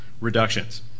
reductions